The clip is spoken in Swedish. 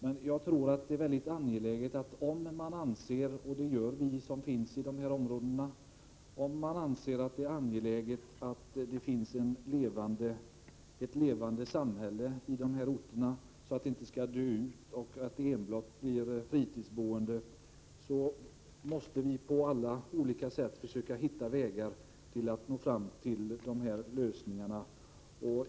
Om man anser att det är angeläget att behålla dessa orter som levande samhällen — vilket vi gör som bor där — så att inte enbart fritidsboende bor kvar där, måste man på alla olika sätt försöka hitta vägar att lösa dessa problem.